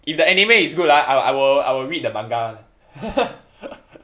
if the anime is good ah I I will I will read the manga [one]